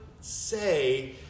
say